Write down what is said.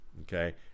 okay